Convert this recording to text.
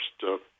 first